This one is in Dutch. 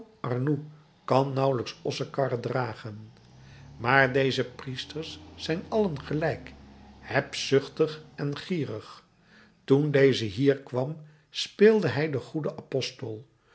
kan nauwelijks ossenkarren dragen maar deze priesters zijn allen gelijk hebzuchtig en gierig toen deze hier kwam speelde hij den goeden apostel